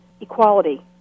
equality